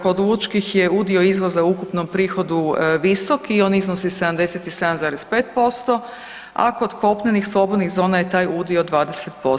Kod lučnih je udio izvoza u ukupnom prihodu visok i on iznosi 77,5%, a kod kopnenih slobodnih zona je taj udio 20%